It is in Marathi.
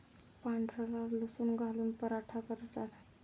पांढरा लसूण घालून पराठा करतात